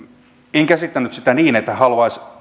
en käsittänyt sitä niin että hän haluaisi